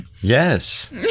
Yes